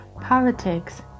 Politics